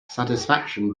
satisfaction